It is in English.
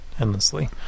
endlessly